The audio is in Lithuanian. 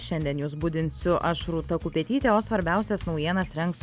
šiandien jus budinsiu aš rūta kupetytė o svarbiausias naujienas rengs